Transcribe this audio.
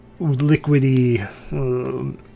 liquidy